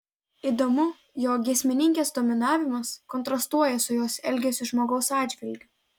įdomu jog giesmininkės dominavimas kontrastuoja su jos elgesiu žmogaus atžvilgiu